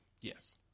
yes